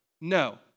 No